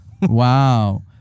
Wow